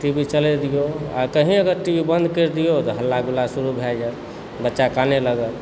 TV चला दिऔ आ कही अगर टी वी बन्द करि दिऔ तऽ हल्ला गुल्ला शुरु भय जाइत बच्चा कानय लागत